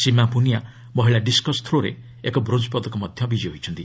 ସୀମା ପୁନିଆ ମହିଳା ଡିସ୍କସ୍ ଥ୍ରୋ'ରେ ମଧ୍ୟ ଏକ ବ୍ରୋଞ୍ଜ୍ ପଦକ ବିଜୟୀ ହୋଇଛନ୍ତି